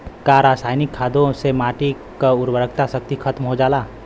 का रसायनिक खादों से माटी क उर्वरा शक्ति खतम हो जाला?